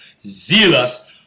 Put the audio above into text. zealous